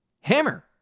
Hammer